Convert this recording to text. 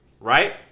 right